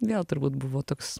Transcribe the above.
vėl turbūt buvo toks